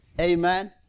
Amen